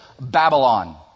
Babylon